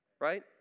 right